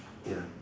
ya